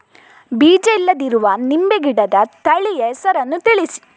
ಬೀಜ ಇಲ್ಲದಿರುವ ನಿಂಬೆ ಗಿಡದ ತಳಿಯ ಹೆಸರನ್ನು ತಿಳಿಸಿ?